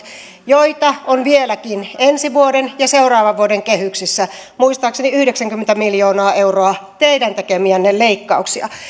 joita on vieläkin ensi vuoden ja seuraavan vuoden kehyksissä muistaakseni yhdeksänkymmentä miljoonaa euroa teidän tekemiänne leikkauksia